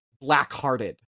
black-hearted